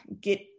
get